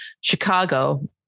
Chicago